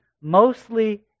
mostly